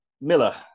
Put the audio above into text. Miller